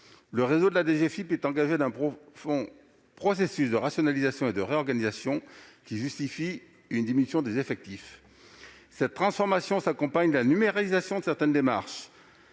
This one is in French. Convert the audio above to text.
Le réseau de la DGFiP est engagé dans un profond processus de rationalisation et de réorganisation qui justifie une diminution des effectifs. Cette transformation s'accompagne de la numérisation de certaines démarches-